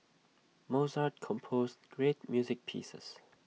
Mozart composed great music pieces